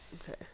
okay